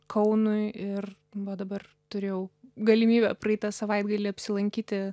kaunui ir va dabar turėjau galimybę praeitą savaitgalį apsilankyti